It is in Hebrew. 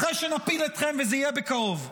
אחרי שנפיל אתכם, וזה יהיה בקרוב,